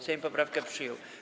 Sejm poprawkę przyjął.